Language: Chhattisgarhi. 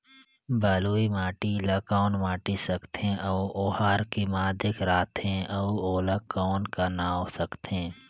बलुही माटी ला कौन माटी सकथे अउ ओहार के माधेक राथे अउ ओला कौन का नाव सकथे?